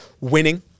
winning